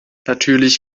natürlich